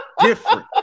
different